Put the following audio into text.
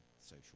social